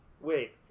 Wait